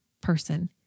person